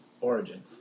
Origin